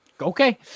okay